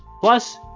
Plus